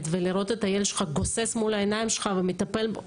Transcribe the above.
וכשהם רואים את הילד גוסס מול העיניים שלהם לאחר שהם טיפלו בו.